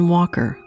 Walker